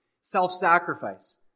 Self-sacrifice